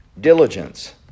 diligence